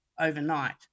overnight